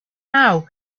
now